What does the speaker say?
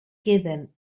queden